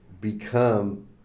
become